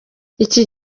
iki